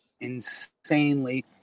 insanely